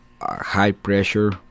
high-pressure